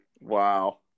Wow